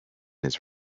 his